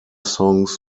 songs